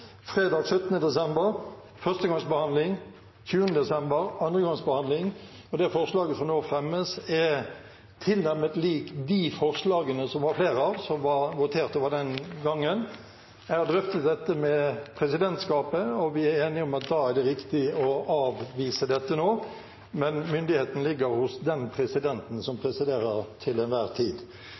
Fredag 17. desember var det førstegangsbehandling, og 20. desember var det andregangsbehandling. Og det forslaget som nå fremmes, er tilnærmet lik de forslagene – det var flere av dem – som det ble votert over den gangen. Jeg har drøftet dette med presidentskapet, og vi er enige om at det er riktig å avvise dette nå. Men myndigheten ligger hos den presidenten som presiderer til enhver tid.